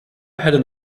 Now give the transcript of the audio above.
had